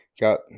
got